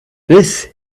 this